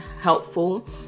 helpful